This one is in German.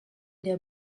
der